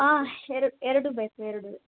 ಹಾಂ ಹೆರ್ ಎರಡೂ ಬೇಕು ಎರಡೂ